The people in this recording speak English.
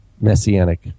Messianic